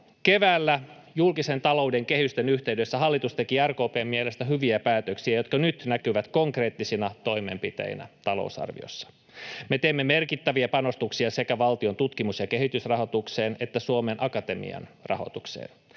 Keväällä julkisen talouden kehysten yhteydessä hallitus teki RKP:n mielestä hyviä päätöksiä, jotka nyt näkyvät konkreettisina toimenpiteinä talousarviossa. Me teemme merkittäviä panostuksia sekä valtion tutkimus- ja kehitysrahoitukseen että Suomen Akatemian rahoitukseen.